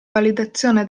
validazione